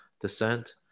descent